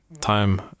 time